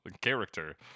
character